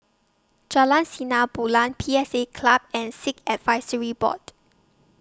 Jalan Sinar Bulan P S A Club and Sikh Advisory Board